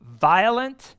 violent